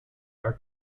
are